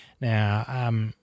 Now